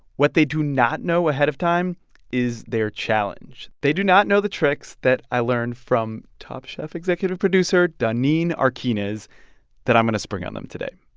what they do not know ahead of time is their challenge. they do not know the tricks that i learned from top chef executive producer doneen arquines that i'm going to spring on them today.